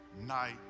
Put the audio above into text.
night